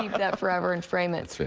keep that forever and frame it. so it.